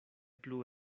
plu